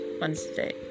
Wednesday